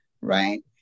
right